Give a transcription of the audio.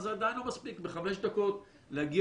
אבל זה עדיין לא מספיק בחמש דקות להגיע